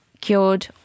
cured